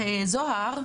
זוהר,